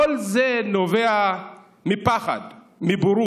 כל זה נובע מפחד, מבורות,